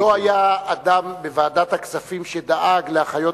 לא היה אדם בוועדת הכספים שדאג לאחיות